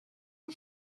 and